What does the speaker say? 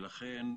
לכן,